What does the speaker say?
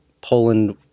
Poland